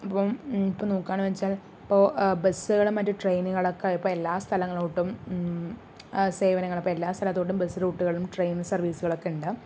ഇപ്പം ഇപ്പോൾ നോക്കാണ് വെച്ചാൽ ഇപ്പോൾ ബസ്സുകളും മറ്റ് ട്രെയിനുകളൊക്കെ ആയപ്പോൾ എല്ലാ സ്ഥലങ്ങലോട്ടും സേവനങ്ങള് ഇപ്പോൾ എല്ലാ സ്ഥലത്തോട്ടും ബസ് റൂട്ടുകളും ട്രെയിൻ സർവീസുകളൊക്കെയുണ്ട്